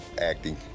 acting